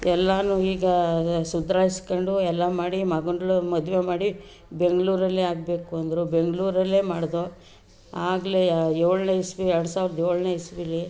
ಎಲ್ಲ ಈಗ ಸುಧಾರಿಸ್ಕೊಂಡು ಎಲ್ಲ ಮಾಡಿ ಮಗು ಮದುವೆ ಮಾಡಿ ಬೆಂಗಳೂರಲ್ಲಿ ಆಗಬೇಕು ಅಂದರು ಬೆಂಗಳೂರಲ್ಲೇ ಮಾಡ್ದೋ ಆಗ್ಲೇ ಏಳನೇ ಇಸವಿ ಎರಡು ಸಾವಿರದ ಏಳನೇ ಇಸವೀಲಿ